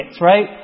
right